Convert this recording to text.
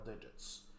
digits